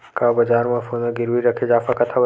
का बजार म सोना गिरवी रखे जा सकत हवय?